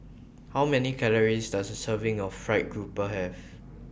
How Many Calories Does A Serving of Fried Grouper Have